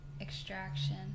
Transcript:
extraction